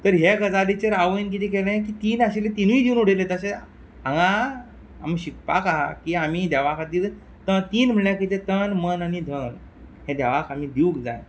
तर हे गजालीचेर आवयन कितें केलें की तीन आशिल्ले तिनूय दिवन उडयले तशें हांगा आमी शिकपाक आहा की आमी देवा खातीर तीन म्हणल्यार कितें तन मन आनी धन हें देवाक आमी दिवूंक जाय